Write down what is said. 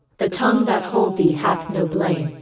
the tongue that told thee hath no blame. or.